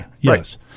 Yes